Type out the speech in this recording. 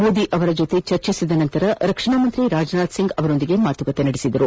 ಮೋದಿ ಅವರ ಜತೆ ಚರ್ಚಿಸಿದ ನಂತರ ರಕ್ಷಣಾ ಮಂತ್ರಿ ರಾಜನಾಥ್ ಸಿಂಗ್ ಅವರೊಂದಿಗೆ ಮಾತುಕತೆ ನಡೆಸಿದರು